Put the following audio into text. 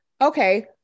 Okay